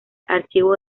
archivo